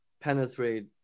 penetrate